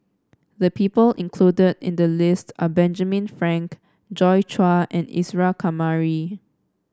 the people included in the list are Benjamin Frank Joi Chua and Isa Kamari